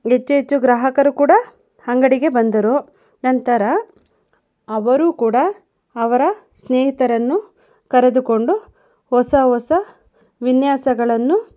ಹೆಚ್ಚು ಹೆಚ್ಚು ಗ್ರಾಹಕರು ಕೂಡ ಅಂಗಡಿಗೆ ಬಂದರು ನಂತರ ಅವರು ಕೂಡ ಅವರ ಸ್ನೇಹಿತರನ್ನು ಕರೆದುಕೊಂಡು ಹೊಸ ಹೊಸ ವಿನ್ಯಾಸಗಳನ್ನು